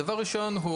הדבר הראשון הוא